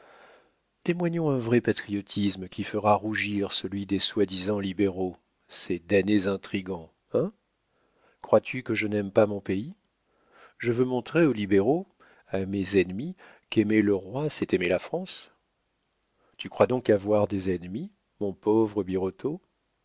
témoignons un vrai patriotisme qui fera rougir celui des soi-disant libéraux ces damnés intrigants hein crois-tu que je n'aime pas mon pays je veux montrer aux libéraux à mes ennemis qu'aimer le roi c'est aimer la france tu crois donc avoir des ennemis mon pauvre birotteau